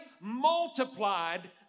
multiplied